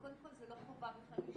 קודם כול, זו לא חובה בכלל להשתתף.